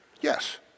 Yes